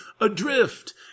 adrift